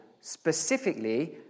specifically